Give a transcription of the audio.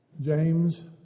James